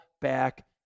back